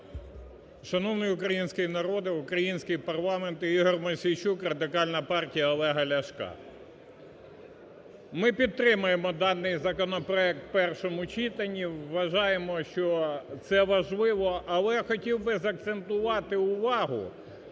Шановний український народе, український парламент! Ігор Мосійчук, Радикальна партія Олега Ляшка. Ми підтримуємо даний законопроект в першому читанні, вважаємо, що це важливо. Але хотів би закцентувати увагу